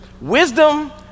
wisdom